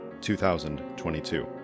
2022